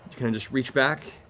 kind of just reach back